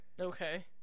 okay